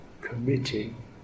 committing